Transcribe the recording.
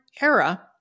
era